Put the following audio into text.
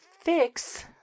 fix